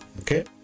Okay